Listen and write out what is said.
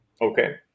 Okay